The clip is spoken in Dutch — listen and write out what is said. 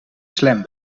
slam